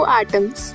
atoms